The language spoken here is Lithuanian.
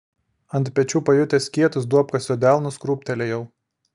ant pečių pajutęs kietus duobkasio delnus krūptelėjau